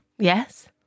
Yes